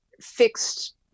fixed